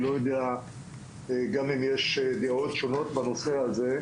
גם אם יש דעות בנושא הזה,